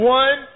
one